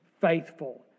faithful